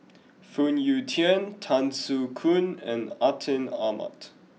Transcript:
Phoon Yew Tien Tan Soo Khoon and Atin Amat